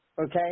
Okay